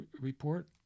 report